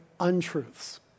untruths